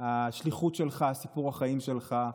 השליחות שלך, סיפור החיים שלך,